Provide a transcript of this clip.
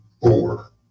four